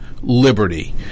liberty